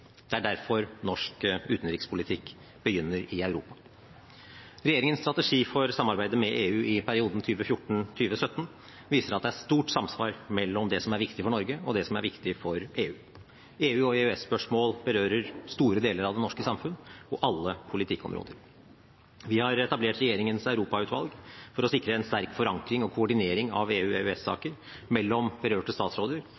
Det er derfor norsk utenrikspolitikk begynner i Europa. Regjeringens strategi for samarbeidet med EU i perioden 2014–2017 viser at det er stort samsvar mellom det som er viktig for Norge, og det som er viktig for EU. EU- og EØS-spørsmål berører store deler av det norske samfunn og alle politikkområder. Vi har etablert regjeringens europautvalg for å sikre en sterk forankring og koordinering av